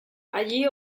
allí